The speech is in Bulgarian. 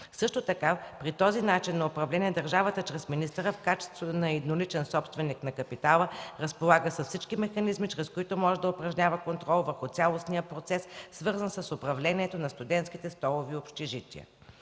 Също така при този начин на управление държавата чрез министъра в качеството на едноличен собственик на капитала, разполага с всички механизми, чрез които може да упражнява контрол върху цялостния процес, свързан с управлението на студентските столове и общежития.